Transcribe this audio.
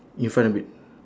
in front a bit